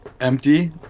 empty